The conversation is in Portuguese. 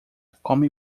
come